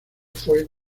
fue